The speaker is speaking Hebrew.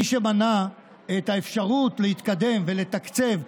את האפשרות להתקדם ולתקצב,